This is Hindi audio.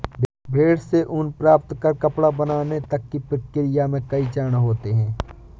भेड़ से ऊन प्राप्त कर कपड़ा बनाने तक की प्रक्रिया में कई चरण होते हैं